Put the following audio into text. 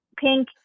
pink